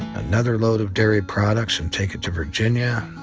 another load of dairy products and take it to virgin yeah